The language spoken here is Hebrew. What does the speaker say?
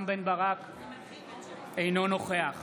אינו נוכח